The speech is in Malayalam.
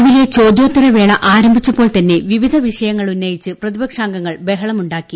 രാവിലെ ചോദ്യോത്തരവേള ആരംഭിച്ചപ്പോൾ തന്നെ വിവിധ വിഷയങ്ങൾ ഉന്നയിച്ച് പ്രതിപക്ഷാംഗങ്ങൾ ബഹളം ഉണ്ടാക്കി